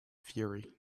fury